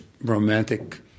romantic